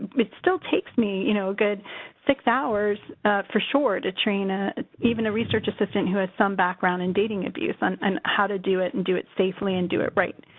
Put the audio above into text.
it still takes you know good six hours for sure to train ah even a research assistant who had some background in dating abuse, on and how to do it and do it safely, and do it right.